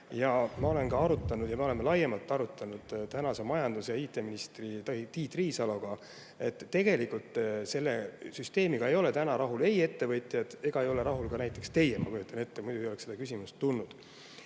regulatsioone. Me oleme laiemalt arutanud tänase majandus- ja IT-ministri Tiit Riisaloga, et tegelikult selle süsteemiga ei ole täna rahul ei ettevõtjad ega ei ole rahul ka näiteks teie, ma kujutan ette – muidu ei oleks seda küsimust tulnud.